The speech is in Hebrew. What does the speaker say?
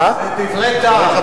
דברי טעם.